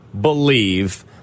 believe